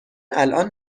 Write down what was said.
الان